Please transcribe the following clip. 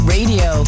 Radio